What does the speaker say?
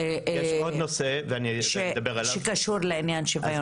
נושא שקשור לעניין שוויון מגדרי.